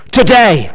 today